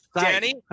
Danny